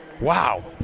Wow